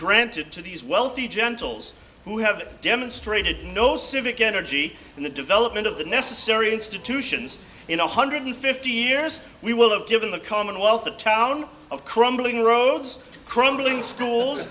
granted to these wealthy gentles who have demonstrated no civic energy in the development of the necessary institutions in one hundred fifty years we will have given the commonwealth the town of crumbling roads crumbling schools